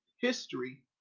history